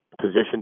position